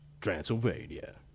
Transylvania